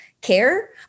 care